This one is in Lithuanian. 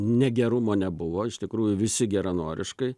negerumo nebuvo iš tikrųjų visi geranoriškai